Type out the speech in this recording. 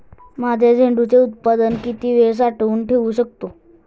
माझे झेंडूचे उत्पादन किती वेळ साठवून ठेवू शकतो?